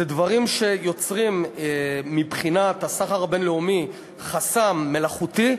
זה דברים שיוצרים מבחינת הסחר הבין-לאומי חסם מלאכותי,